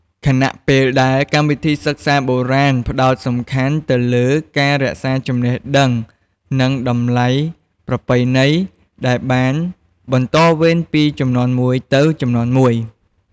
ខណៈពេលដែល កម្មវិធីសិក្សាបែបបុរាណផ្តោតសំខាន់ទៅលើ ការរក្សាចំណេះដឹង និង តម្លៃប្រពៃណី ដែលបានបន្តវេនពីជំនាន់មួយទៅជំនាន់មួយ។